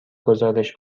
گزارش